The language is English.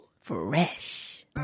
Fresh